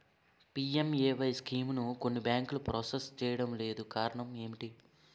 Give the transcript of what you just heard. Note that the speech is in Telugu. పి.ఎం.ఎ.వై స్కీమును కొన్ని బ్యాంకులు ప్రాసెస్ చేయడం లేదు కారణం ఏమిటి?